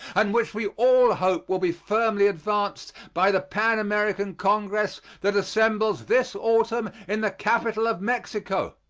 and which we all hope will be firmly advanced by the pan-american congress that assembles this autumn in the capital of mexico.